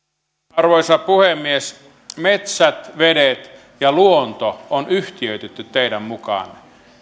arvoisa puhemies metsät vedet ja luonto on yhtiöitetty teidän mukaanne